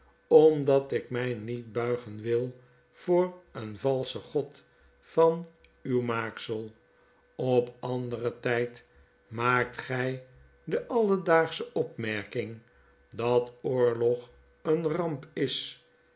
omdat ik my niet buigen wil voor een valschen god van uw maaksel op een anderen tyd maakt gy de alledaagsche opmerking dat oorlog een ramp is